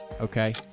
okay